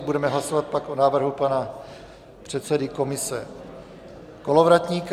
Budeme hlasovat pak o návrhu pana předsedy komise Kolovratníka.